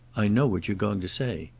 i know what you're going to say.